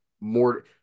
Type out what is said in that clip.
more –